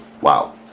Wow